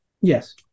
Yes